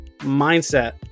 mindset